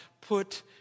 put